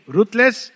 Ruthless